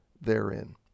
therein